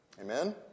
Amen